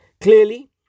Clearly